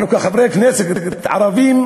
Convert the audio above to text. אנחנו, כחברי כנסת ערבים,